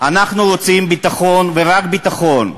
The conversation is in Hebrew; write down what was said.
אנחנו רוצים ביטחון ורק ביטחון.